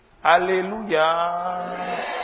Hallelujah